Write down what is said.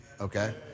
Okay